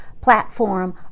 platform